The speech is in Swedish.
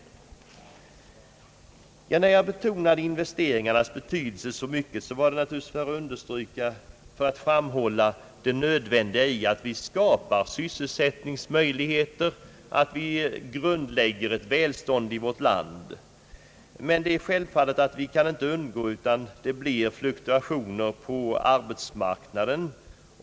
När jag så kraftigt betonade investeringarnas betydelse var det naturligtvis för att framhålla det nödvändiga i att skapa = sysselsättningsmöjligheter, att grundlägga ett välstånd i vårt land. Men det är självklart att vi inte kan undgå fluktuationer på arbetsmarknaden.